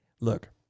look